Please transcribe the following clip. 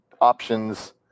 options